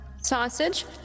Sausage